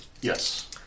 Yes